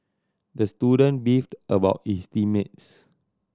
the student beefed about his team mates